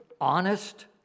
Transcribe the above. honest